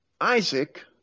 Isaac